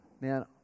Man